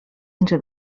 into